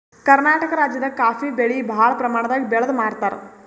ಕರ್ನಾಟಕ್ ರಾಜ್ಯದಾಗ ಕಾಫೀ ಬೆಳಿ ಭಾಳ್ ಪ್ರಮಾಣದಾಗ್ ಬೆಳ್ದ್ ಮಾರ್ತಾರ್